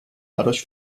dadurch